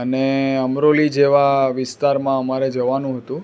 અને અમરોલી જેવા વિસ્તારમાં અમારે જવાનું હતું